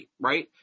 right